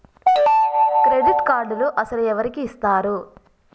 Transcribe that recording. Credit కార్డులు అసలు ఎవరికి ఇస్తారు?